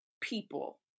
people